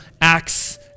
acts